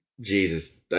Jesus